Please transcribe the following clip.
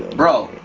bro,